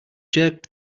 jerked